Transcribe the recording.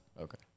okay